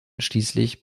schließlich